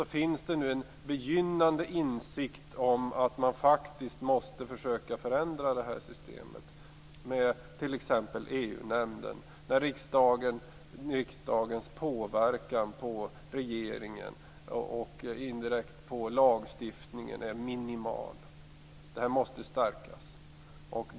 Nu finns det en begynnande insikt om att man faktiskt måste försöka förändra det här systemet med t.ex. EU-nämnden. Riksdagens påverkan på regeringen, och indirekt på lagstiftningen, är minimal. Det måste stärkas.